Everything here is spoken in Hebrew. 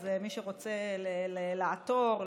אז למי שרוצה לעתור,